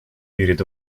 перед